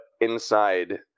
inside